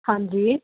ਹਾਂਜੀ